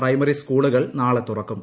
primary സ്കൂളുകൾ നാളെ തുറക്കും